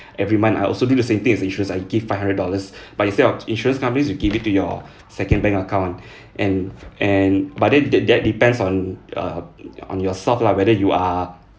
every month I also do the same thing as insurance I give five hundred dollars but instead of insurance companies you give it to your second bank account and and but then that that depends on uh on yourself lah whether you are